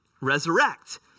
resurrect